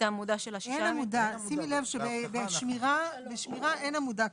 פשוט נגיד שמכסת ימי חופשה בשבוע עבודה בן חמישה ימים לפי צו ההרחבה.